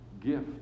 gift